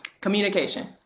communication